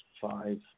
five